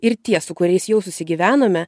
ir tie su kuriais jau susigyvenome